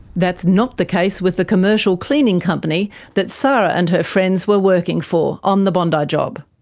that's not the case with the commercial cleaning company that sara and her friends were working for, on the bondi job.